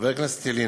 חבר הכנסת ילין,